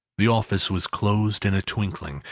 the office was closed in a twinkling,